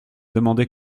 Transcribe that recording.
demandé